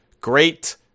great